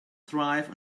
thrive